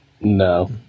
No